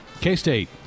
K-State